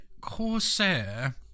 Corsair